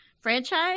franchise